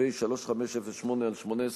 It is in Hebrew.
פ/3508/18,